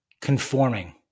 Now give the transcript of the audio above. conforming